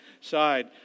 side